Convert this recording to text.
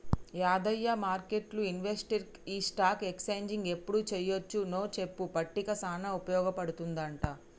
యాదయ్య మార్కెట్లు ఇన్వెస్టర్కి ఈ స్టాక్ ఎక్స్చేంజ్ ఎప్పుడు చెయ్యొచ్చు నో చెప్పే పట్టిక సానా ఉపయోగ పడుతుందంట